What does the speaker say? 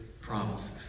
promises